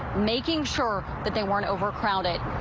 making sure that they weren't overcrowded.